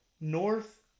north